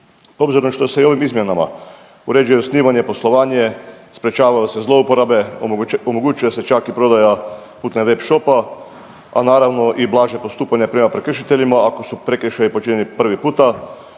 Obzirom što se i ovim izmjenama uređuje osnivanje, poslovanje, sprječavaju se zloporabe, omogućuje se čak i prodaja putem web shopa, a naravno i blaže postupanje prema prekršiteljima ako su prekršaji počinjeni prvi puta,